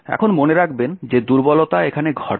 এখন মনে রাখবেন যে দুর্বলতা এখানে ঘটে